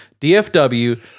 dfw